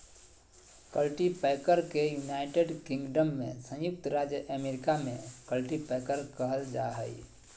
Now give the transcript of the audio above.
cultipacker के United Kingdom में संयुक्त राज्य अमेरिका में कल्टीपैकर कहल जा हइ